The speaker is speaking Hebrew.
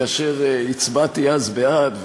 כאשר הצבעתי אז בעד,